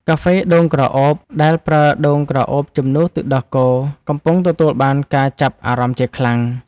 កាហ្វេដូងក្រអូប ដែលប្រើដូងក្រអូបជំនួសទឹកដោះគោ កំពុងទទួលបានការចាប់អារម្មណ៍ជាខ្លាំង។